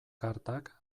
kartak